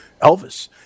Elvis